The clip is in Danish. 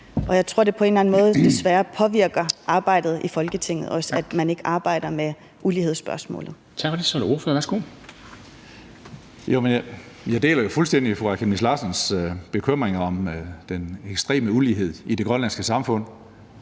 jeg tror, at det på en eller anden måde desværre også påvirker arbejdet i Folketinget, at man ikke arbejder med ulighedsspørgsmålet.